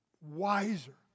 wiser